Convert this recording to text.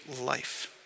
life